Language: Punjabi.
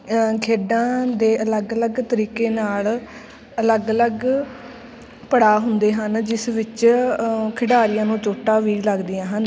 ਖੇਡਾਂ ਦੇ ਅਲੱਗ ਅਲੱਗ ਤਰੀਕੇ ਨਾਲ ਅਲੱਗ ਅਲੱਗ ਪੜਾਅ ਹੁੰਦੇ ਹਨ ਜਿਸ ਵਿੱਚ ਖਿਡਾਰੀਆਂ ਨੂੰ ਚੋਟਾਂ ਵੀ ਲੱਗਦੀਆਂ ਹਨ